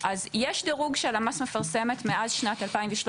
אז יש דירוג שהלמ"ס מפרסמת מאז שנת 2013,